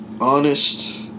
honest